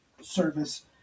service